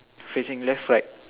facing left right